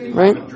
right